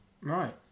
Right